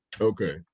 Okay